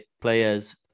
players